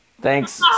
Thanks